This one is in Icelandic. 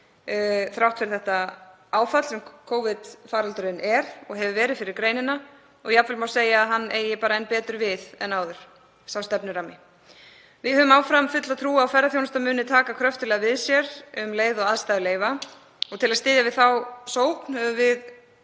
þrátt fyrir það áfall sem Covid-faraldurinn er og hefur verið fyrir greinina og jafnvel má segja að sá rammi eigi bara enn betur við en áður. Við höfum áfram fulla trú á að ferðaþjónustan muni taka kröftuglega við sér um leið og aðstæður leyfa og til að styðja við þá sókn höfum við